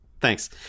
Thanks